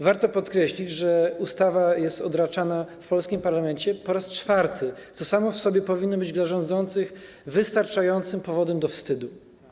Warto podkreślić, że ustawa jest odraczana w polskim parlamencie po raz czwarty, co samo w sobie powinno być dla rządzących wystarczającym powodem do wstydu.